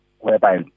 Whereby